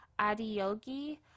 Adiyogi